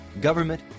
government